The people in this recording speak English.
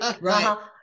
Right